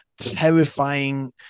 Terrifying